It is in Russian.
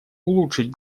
улучшить